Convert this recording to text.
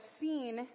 seen